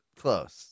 close